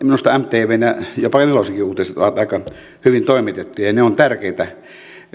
minusta mtvn ja jopa nelosenkin uutiset ovat aika hyvin toimitettuja ja ne ovat tärkeitä